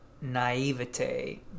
naivete